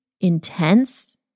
intense